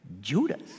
Judas